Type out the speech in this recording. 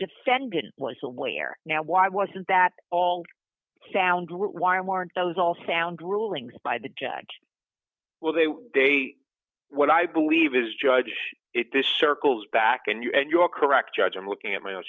defendant was aware now why wasn't that all found why aren't those all sound rulings by the judge well they were they what i believe is judge it this circles back and you and your correct judge i'm looking at my